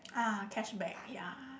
ah cashback ya